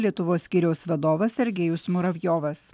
lietuvos skyriaus vadovas sergejus muravjovas